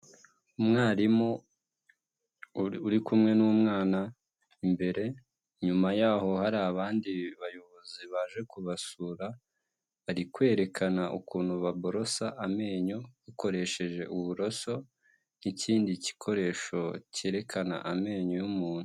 Umwarimu uri kumwe n'umwana imbere, inyuma yaho hari abandi bayobozi baje kubasura, bari kwerekana ukuntu baborosa amenyo, bakoresheje uburoso n'ikindi gikoresho cyerekana amenyo y'umuntu.